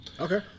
Okay